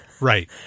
Right